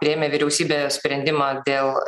priėmė vyriausybė sprendimą dėl